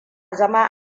zama